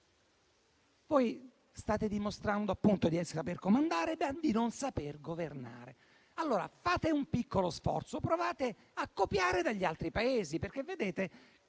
State dimostrando di saper comandare e di non saper governare. Allora fate un piccolo sforzo, provate a copiare dagli altri Paesi: guardate